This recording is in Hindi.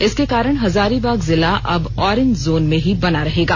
इसके कारण हजारीबाग जिला अब ऑरेंज जोन में ही बना रहेगा